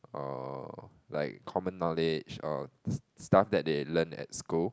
or like common knowledge or stuff that they learn at school